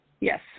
Yes